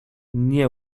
nie